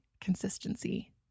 consistency